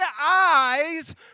eyes